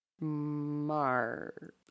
Mars